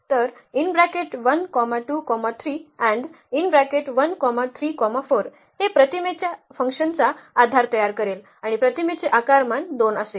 तर हे प्रतिमेच्या F चा आधार तयार करेल आणि प्रतिमेचे आकारमान 2 असेल